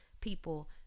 people